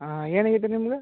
ಹಾಂ ಏನಾಗೈತಿ ನಿಮ್ಗೆ